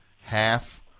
half